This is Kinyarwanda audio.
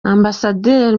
ambasaderi